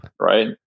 right